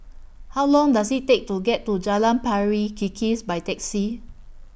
How Long Does IT Take to get to Jalan Pari Kikis By Taxi